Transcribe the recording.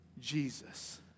Jesus